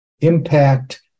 impact